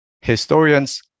Historians